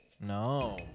No